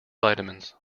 vitamins